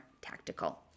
tactical